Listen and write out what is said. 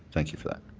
thank you for that.